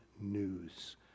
news